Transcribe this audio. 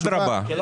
אדרבה,